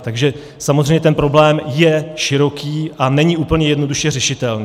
Takže samozřejmě ten problém je široký a není úplně jednoduše řešitelný.